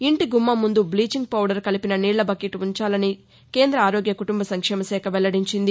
ఇంటి గుమ్మం ముందు బ్లీచింగ్ పౌడర్ కలిపిన నీళ్ల బకెట్ ఉంచమని చెప్పాలని కేంద్ర ఆరోగ్య కుటుంబ సంక్షేమ శాఖ తెలిపింది